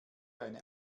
eine